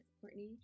Courtney